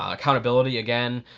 ah accountability again.